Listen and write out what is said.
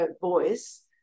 voice